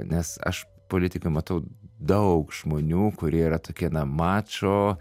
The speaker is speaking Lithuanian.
nes aš politikoj matau daug žmonių kurie yra tokie na mačo